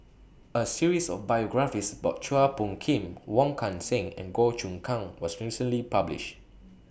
A series of biographies about Chua Phung Kim Wong Kan Seng and Goh Choon Kang was recently published